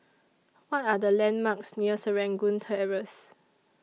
What Are The landmarks near Serangoon Terrace